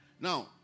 Now